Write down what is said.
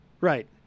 Right